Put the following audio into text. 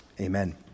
Amen